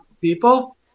people